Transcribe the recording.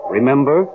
Remember